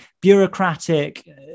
bureaucratic